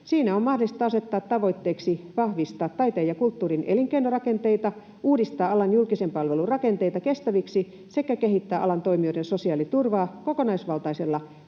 Siinä on mahdollista asettaa tavoitteiksi vahvistaa taiteen ja kulttuurin elinkeinorakenteita, uudistaa alan julkisen palvelun rakenteita kestäviksi sekä kehittää alan toimijoiden sosiaaliturvaa kokonaisvaltaisella